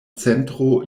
centro